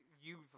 use